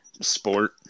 sport